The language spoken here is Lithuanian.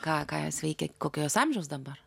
ką ką jos veikia kokio jos amžiaus dabar